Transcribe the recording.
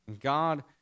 God